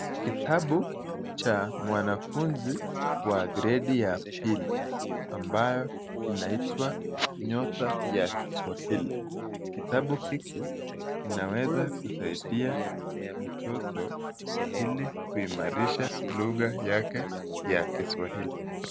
Kitabu cha mwanafunzi wa gredi ya pili ambayo inaitwa nyota ya Kiswahili. Kitabu hiki kinaweza kusaidia mtoto ili kuimarisha luga yake ya Kiswahili.